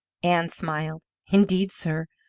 ann smiled. indeed, sir,